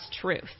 truth